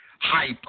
hype